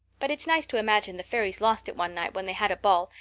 but it's nice to imagine the fairies lost it one night when they had a ball,